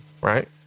Right